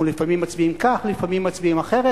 אנחנו לפעמים מצביעים כך, לפעמים מצביעים אחרת.